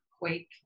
Quake